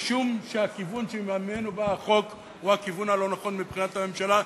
משום שהכיוון שממנו בא החוק הוא הכיוון הלא-נכון מבחינת הממשלה,